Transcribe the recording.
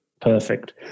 perfect